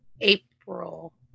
April